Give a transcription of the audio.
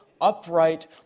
upright